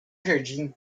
jardim